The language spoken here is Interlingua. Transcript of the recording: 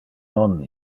non